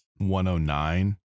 109